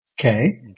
Okay